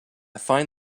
find